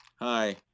Hi